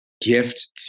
gift